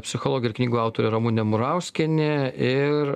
psichologė ir knygų autorė ramunė murauskienė ir